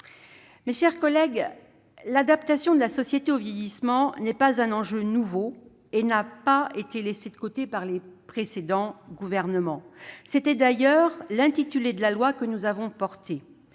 Mes chers collègues, l'adaptation de la société au vieillissement n'est pas un enjeu nouveau et n'a pas été laissée de côté par les précédents gouvernements : c'était d'ailleurs l'intitulé de la loi que nous avons portée.